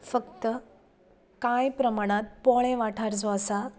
फकत कांय प्रमाणांत पोळें वाठारा जो आसा